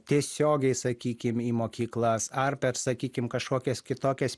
tiesiogiai sakykim į mokyklas ar per sakykim kažkokias kitokias